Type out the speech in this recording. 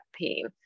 pain